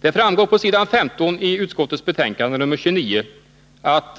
Det framgår på s. 15 i utskottsbetänkandet 29 att